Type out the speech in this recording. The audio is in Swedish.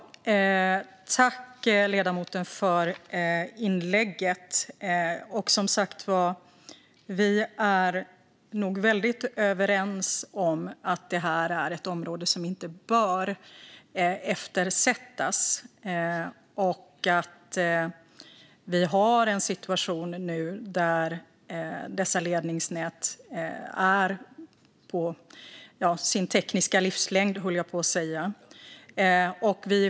Fru talman! Tack, ledamoten, för inlägget! Vi är nog som sagt väldigt överens om att det här är ett område som inte bör få bli eftersatt. Vi har en situation nu där dessa ledningsnät har nått sin tekniska livslängd, höll jag på att säga.